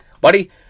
Buddy